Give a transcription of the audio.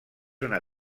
una